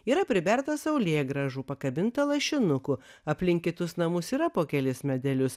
yra priberta saulėgrąžų pakabinta lašinukų aplink kitus namus yra po kelis medelius